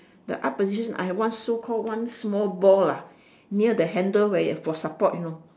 the up position I have one so call one small ball lah near the handle where for support you know